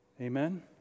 Amen